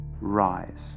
rise